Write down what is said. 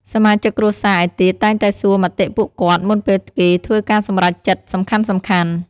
សមាជិកគ្រួសារឯទៀតតែងតែសួរមតិពួកគាត់ មុនពេលគេធ្វើការសម្រេចចិត្តសំខាន់ៗ។